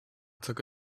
took